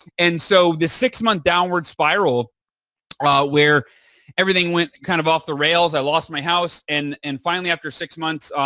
and so, the six-month downward spiral ah where everything went kind of off the rails, i lost my house and and finally after six months,